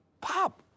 Pop